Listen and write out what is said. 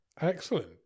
Excellent